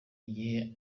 n’igihe